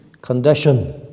condition